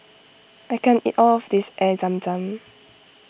I can't eat all of this Air Zam Zam